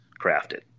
crafted